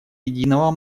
единого